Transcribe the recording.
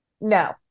No